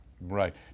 Right